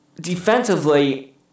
defensively